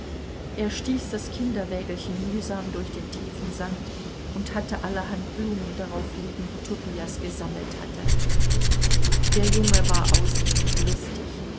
er stieß das kinderwägelchen mühsam durch den tiefen sand und hatte allerhand blumen darauf liegen die tobias gesammelt hatte der junge war ausnehmend lustig